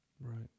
Right